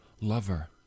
lover